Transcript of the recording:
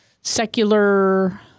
secular